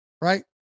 Right